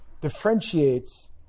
differentiates